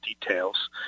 details